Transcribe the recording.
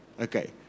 Okay